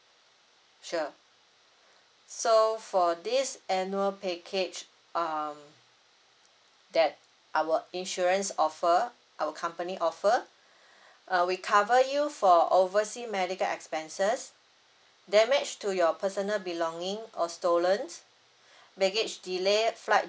sure so for this annual package um that our insurance offer our company offer uh we cover you for oversea medical expenses damage to your personal belonging or stolen baggage delayed flight